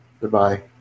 Goodbye